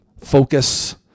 focus